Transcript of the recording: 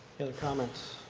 comments?